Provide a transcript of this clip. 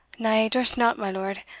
na, i durst not, my lord,